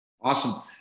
Awesome